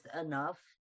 enough